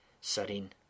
setting